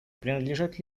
принадлежат